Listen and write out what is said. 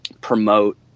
promote